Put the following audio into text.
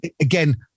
again